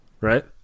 Right